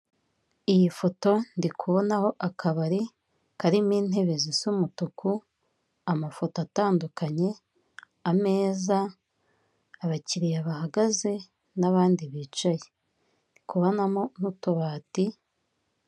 Iyi foto ndikubonaho akabari karimo intebe zisa umutuku, amafoto atandukanye, ameza, abakiriya bahagaze n'abandi bicaye. Ndikubonamo n'utubati.